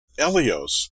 elios